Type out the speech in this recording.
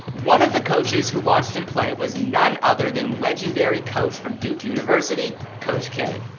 one of the coaches who watched him play was none other than legendary coach, from duke university, coach k.